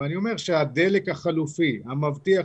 ואני אומר שהדלק החלופי המבטיח,